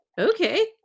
okay